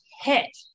hit